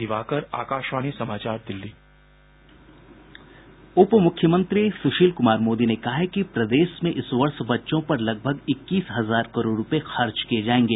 दिवाकर आकाशवाणी समाचार दिल्ली उप मुख्यमंत्री सुशील कुमार मोदी ने कहा है कि प्रदेश में इस वर्ष बच्चों पर लगभग इक्कीस हजार करोड़ रूपये खर्च किये जायेंगे